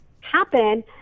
happen